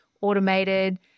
automated